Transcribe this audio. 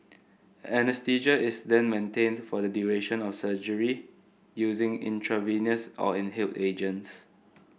anaesthesia is then maintained for the duration of surgery using intravenous or inhaled agents